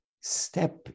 step